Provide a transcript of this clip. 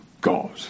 God